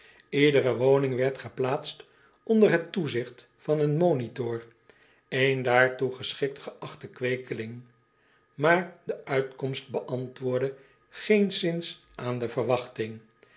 iedere woning werd geplaatst onder het toezigt van een monitor een daartoe geschikt geachten kweekeling maar de uitkomst beantwoordde geenszins aan de verwachting